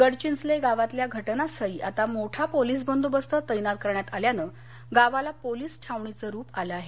गडविंचले गावातल्या घटनास्थळी आता मोठा पोलीस बंदोबस्त तैनात करण्यात आल्यानं गावाला पोलीस छावणीचं रूप आलं आहे